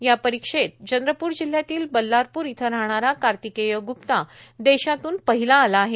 या परिक्षेत चंद्रपूर जिल्ह्यातील बल्लारपू इथं राहणारा कार्तिकेय ग्प्ता देशातून पहिला आला आहे